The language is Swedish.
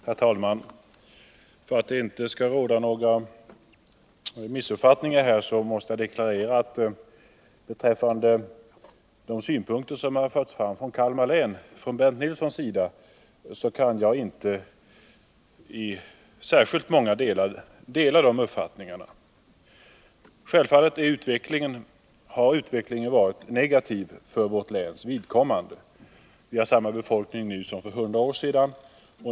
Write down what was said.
Herr talman! För att det inte skall råda någon missuppfattning måste jag deklarera att jag inte i särskilt många avseenden kan dela Bernt Nilssons uppfattning eller instämma i de synpunkter som han fört fram när det gäller Kalmar län. Självfallet anser jag att utvecklingen har varit negativ för vårt läns vidkommande. Vi har samma befolkningstal nu som för 100 år sedan.